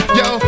yo